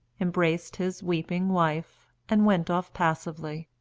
embraced his weeping wife, and went off passively,